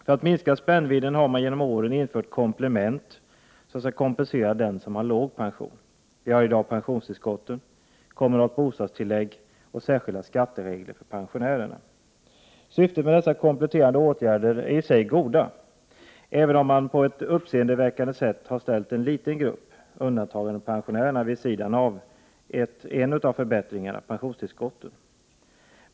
För att minska spännvidden har det genom åren införts komplement som skall kompensera den som har låg pension. Det finns i dag pensionstillskott, kommunalt bostadstillägg och särskilda skatteregler för pensionärer. Syftet med dessa kompletterande åtgärder är i sig gott, även om en liten grupp, undantagandepensionärerna, på ett uppseendeväckande sätt har ställts vid sidan av när det gäller en av förbättringarna, nämligen pensionstillskottet.